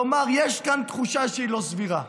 כלומר, יש כאן תחושה שהיא לא סבירה.